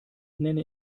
nenne